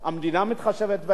המדינה מתחשבת בהם,